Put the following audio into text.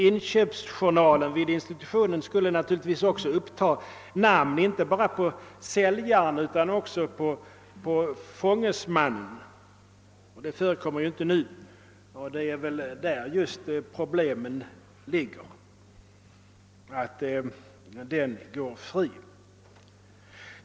Inköpsjournalen på institutionen skulle naturligtvis också uppta namnet inte bara på säljaren utan också på dennes fångesman.